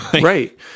Right